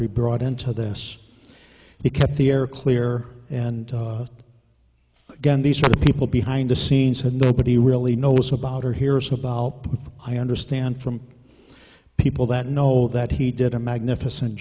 be brought into this he kept the air clear and again these are the people behind the scenes had nobody really knows about or hears about but i understand from people that know that he did a magnificent